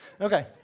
Okay